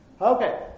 Okay